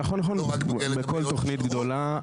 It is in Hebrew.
נכון, בכל תכנית גדולה.